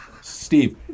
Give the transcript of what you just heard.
Steve